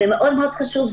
זה מאוד מאוד חשוב,